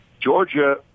Georgia